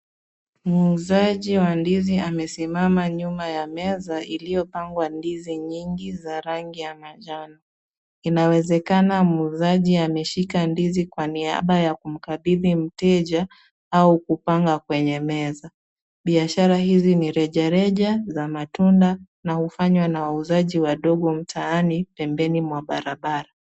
Muuzaji wa ndizi amesimama nyuma ya meza iliyopangwa ndizi nyingi za rangi ya manjano. Inawezekana muuzaji ameshika ndizi kwa niaba ya kumkabidhi mteja au kupanga kwenye meza. Biashara hizi ni rejareja za matunda na hufanywa na wauzaji wadogo mtaani pembeni mwa barabara.